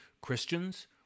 Christians